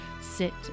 sit